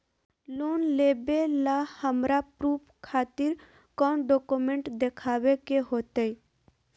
Loan लेबे ला हमरा प्रूफ खातिर कौन डॉक्यूमेंट देखबे के होतई?